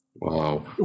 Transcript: Wow